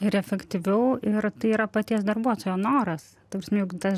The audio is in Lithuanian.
ir efektyviau ir tai yra paties darbuotojo noras ta prasme juk tas